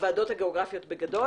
הוועדות הגיאוגרפיות בגדול,